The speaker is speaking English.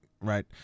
right